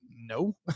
no